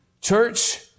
church